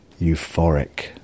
euphoric